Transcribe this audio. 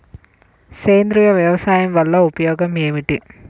సేంద్రీయ వ్యవసాయం వల్ల ఉపయోగం ఏమిటి?